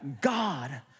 God